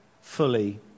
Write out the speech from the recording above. fully